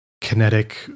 kinetic